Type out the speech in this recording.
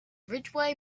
ridgway